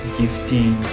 gifting